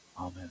amen